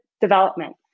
development